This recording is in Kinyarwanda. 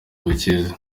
bukizi